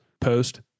post